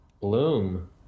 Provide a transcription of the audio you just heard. Bloom